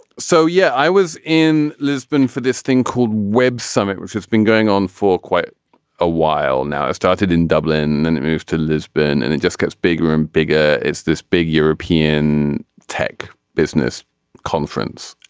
so yeah i was in lisbon for this thing called web summit which has been going on for quite a while now. i started in dublin and then moved to lisbon and it just gets bigger and bigger. it's this big european tech business conference.